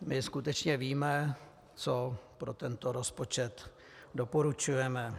My skutečně víme, co pro tento rozpočet doporučujeme.